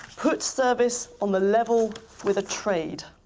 put service on the level with a trade,